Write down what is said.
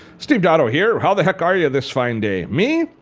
steve dotto here. how the heck are you this fine day? me?